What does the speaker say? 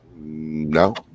no